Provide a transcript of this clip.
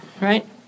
right